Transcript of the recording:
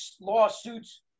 lawsuits